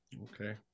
Okay